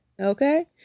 Okay